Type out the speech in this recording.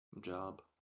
job